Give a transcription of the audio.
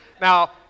Now